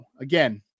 Again